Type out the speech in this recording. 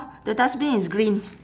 the dustbin is green